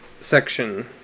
Section